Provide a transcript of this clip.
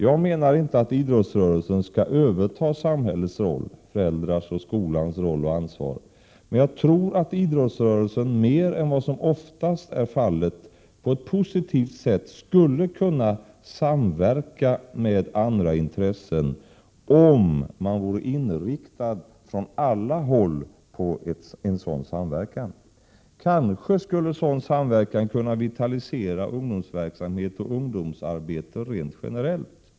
Jag menar inte att idrottsrörelsen skulle överta samhällets roll eller föräldrarnas och skolans roll och ansvar, men jag tror att idrottsrörelsen mer än vad som oftast är fallet på ett positivt sätt skulle kunna samverka med andra intressen, om man på alla håll vore inriktad på en sådan samverkan. Kanske skulle en sådan samverkan kunna vitalisera ungdomsverksamhet och ungdomsarbete rent generellt.